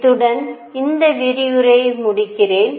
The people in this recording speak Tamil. இத்துடன் இந்த விரிவுரையை முடிக்கிறேன்